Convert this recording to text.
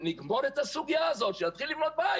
זאת אומרת בסוף זו משפחה שהמדינה באה